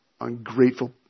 Ungrateful